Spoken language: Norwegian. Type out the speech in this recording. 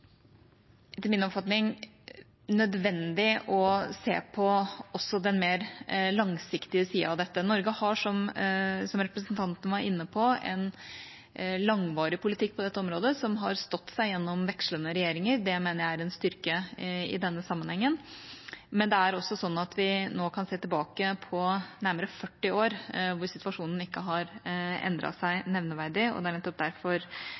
etter min oppfatning nødvendig også å se på den mer langsiktige siden av dette. Norge har – som representanten Øvstegård var inne på – hatt en langvarig politikk på dette området, som har stått seg gjennom vekslende regjeringer. Det mener jeg er en styrke i denne sammenhengen. Men vi kan nå også se tilbake på nærmere 40 år hvor situasjonen ikke har endret seg nevneverdig, og det er nettopp derfor